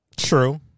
true